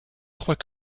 trois